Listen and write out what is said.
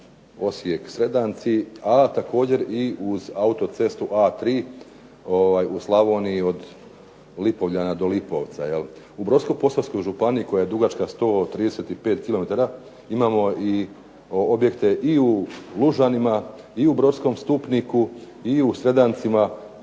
Osijek – Sedanci, a također i uz autocesu A3 u Slavoniji od Lipovljana do Lipovca. U Brodsko-posavskoj županiji koja je dugačka 135 kilometara imamo i objekte i u Lužanima i u Brodskom Stupniku i u Sedancima